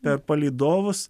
per palydovus